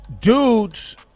Dudes